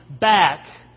back